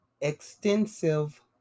Extensive